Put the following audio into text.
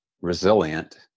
resilient